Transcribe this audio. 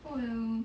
oh 有